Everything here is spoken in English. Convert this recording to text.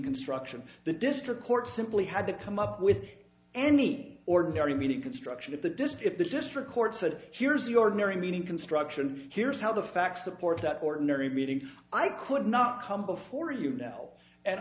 construction the district court simply had to come up with any ordinary meeting construction of the dispute the district court said here's your marrying meaning construction here's how the facts support that ordinary meeting i could not come before you now and